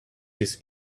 his